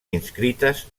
inscrites